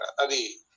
Adi